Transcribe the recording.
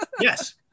Yes